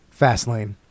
Fastlane